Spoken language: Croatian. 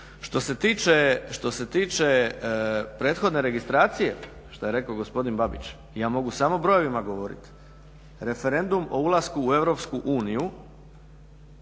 što se tiče prethodne registracije, što je rekao gospodin Babić, ja mogu samo o brojevima govoriti. Referendum o ulasku u EU 2012.